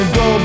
go